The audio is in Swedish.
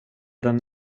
den